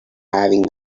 having